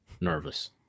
nervous